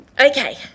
Okay